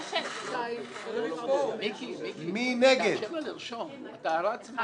מיקי, מיקי, סליחה, היא לא רושמת.